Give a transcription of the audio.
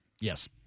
Yes